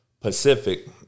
Pacific